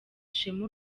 ishema